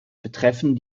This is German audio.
betreffen